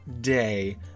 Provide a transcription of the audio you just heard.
day